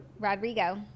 Rodrigo